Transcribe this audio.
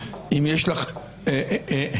אם יש לך הערות,